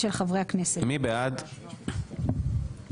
הצבעה בעד,